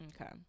Okay